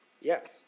Yes